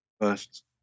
First